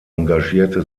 engagierte